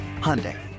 Hyundai